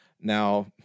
Now